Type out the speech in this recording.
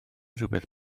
rywbeth